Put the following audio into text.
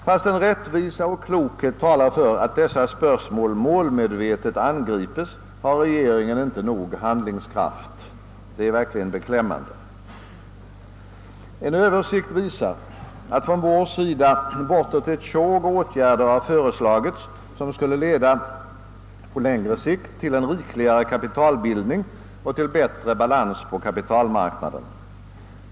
Fastän rättvisa och klokhet talar för att dessa spörsmål målmedvetet angripes, har regeringen inte tillräcklig handlingskraft för detta. Det är verkligen beklämmande. En översikt visar att från vår sida föreslagits bortåt ett tjugotal åtgärder, som på längre sikt skulle leda till en rikligare kapitalbildning och till bättre balans på kapitalmarknaden.